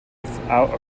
without